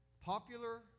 popular